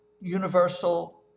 universal